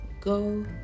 go